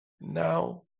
Now